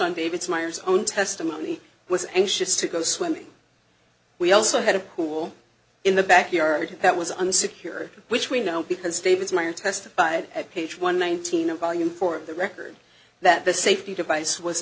on david's meyer's own testimony was anxious to go swimming we also had a pool in the backyard that was unsecured which we know because david meyer testified at page one nineteen of volume four of the record that the safety device was